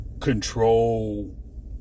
control